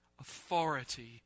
authority